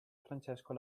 francesco